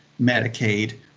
Medicaid